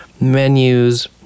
menus